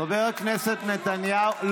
חבר הכנסת נתניהו.